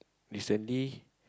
recently